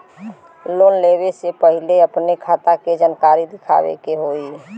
Loan लेवे से पहिले अपने खाता के जानकारी दिखावे के होई?